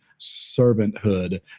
servanthood